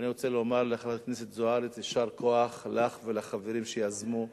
ואני רוצה לומר לחברת הכנסת זוארץ יישר כוח לך ולחברים שיזמו,